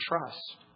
trust